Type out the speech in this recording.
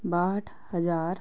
ਬਾਹਠ ਹਜ਼ਾਰ